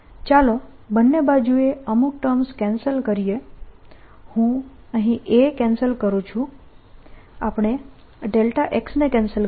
ચાલો બંને બાજુએ અમુક ટર્મ્સ કેન્સલ કરીએ હું આ A કેન્સલ કરું છું આપણે આ x ને કેન્સલ કરીએ